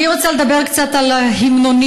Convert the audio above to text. אני רוצה לדבר קצת על המנונים.